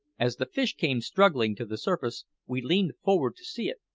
as the fish came struggling to the surface we leaned forward to see it,